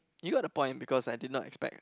you got the point because I did not expect